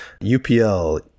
UPL